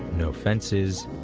no fences.